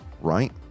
right